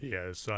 Yes